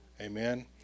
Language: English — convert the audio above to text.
Amen